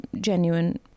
genuine